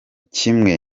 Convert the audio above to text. kimwe